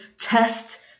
test